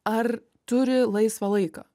ar turi laisvą laiką